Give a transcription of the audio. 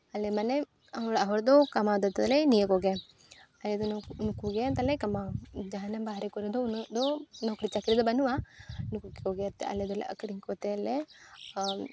ᱟᱞᱮ ᱢᱟᱱᱮ ᱚᱲᱟᱜ ᱦᱚᱲ ᱫᱚ ᱠᱟᱢᱟᱣ ᱫᱚ ᱛᱟᱞᱮ ᱱᱤᱭᱟᱹ ᱠᱚᱜᱮ ᱟᱞᱮ ᱫᱚ ᱩᱱᱠᱩᱜᱮ ᱛᱟᱞᱮ ᱠᱟᱢᱟᱣ ᱡᱟᱦᱟᱱᱟᱜ ᱵᱟᱦᱨᱮ ᱠᱚᱨᱮᱫᱚ ᱩᱱᱟᱹᱜ ᱫᱚ ᱱᱚᱠᱨᱤᱼᱪᱟᱠᱨᱤ ᱫᱚ ᱵᱟᱹᱱᱩᱜᱼᱟ ᱱᱩᱠᱩ ᱠᱚᱜᱮ ᱟᱞᱮ ᱫᱚᱞᱮ ᱟᱹᱠᱷᱨᱤᱧ ᱠᱚᱛᱮᱞᱮ ᱟᱨ